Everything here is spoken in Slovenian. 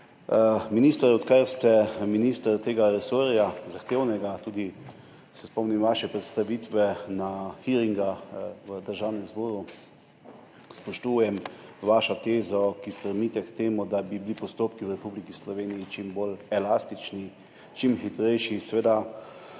Minister, odkar ste minister tega zahtevnega resorja, spomnim se tudi vaše predstavitve na hearingu v Državnem zboru, spoštujem vašo tezo, da stremite k temu, da bi bili postopki v Republiki Sloveniji čim bolj elastični, čim hitrejši. Nimam